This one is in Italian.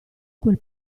quel